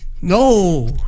no